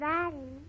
Daddy